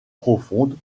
profondes